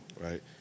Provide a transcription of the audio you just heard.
right